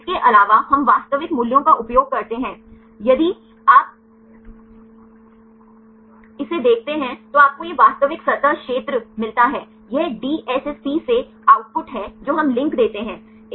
इसके अलावा हम वास्तविक मूल्यों का उपयोग करते हैं यदि आप इसे देखते हैं तो आपको यह वास्तविक सतह क्षेत्र मिलता है यह डीएसएसपी से आउटपुट है जो हम लिंक देते हैं